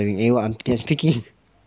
eh what I'm still speaking